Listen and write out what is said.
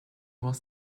was